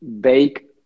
bake